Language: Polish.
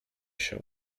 się